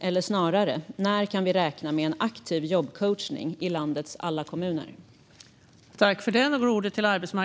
Eller snarare: När kan vi räkna med en aktiv jobbcoachning i landets alla kommuner?